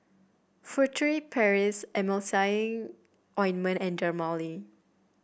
Furtere Paris Emulsying Ointment and Dermale